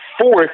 fourth